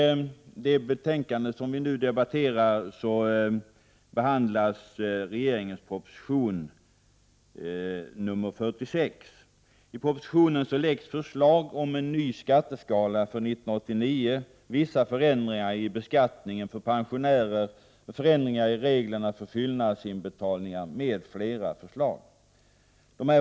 I det betänkande som vi nu debatterar behandlas regeringens proposition nr 46. I propositionen lägger regeringen fram förslag till en ny skatteskala för 1989. Det gäller vissa förändringar i beskattningen för pensionärer, förändringar av reglerna för fyllnadsinbetalningar m.m.